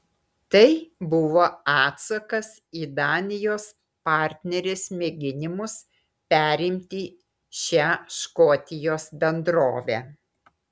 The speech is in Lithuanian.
tai buvo atsakas į danijos partnerės mėginimus perimti šią škotijos bendrovę